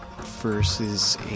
versus